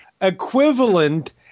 equivalent